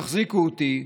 תחזיקו אותי,